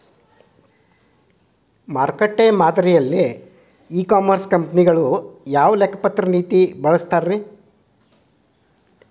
ಮಾರುಕಟ್ಟೆ ಮಾದರಿಯಲ್ಲಿ e commerce ಕಂಪನಿಗಳು ಯಾವ ಲೆಕ್ಕಪತ್ರ ನೇತಿಗಳನ್ನ ಬಳಸುತ್ತಾರಿ?